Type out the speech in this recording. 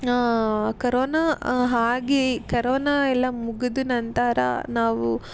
corona ಆಗಿ corona ಎಲ್ಲ ಮುಗಿದ ನಂತರ ನಾವು